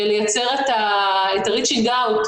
לייצר את ה-reaching out,